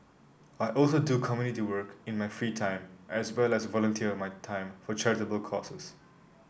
I also do community work in my free time as well as volunteer my time for charitable causes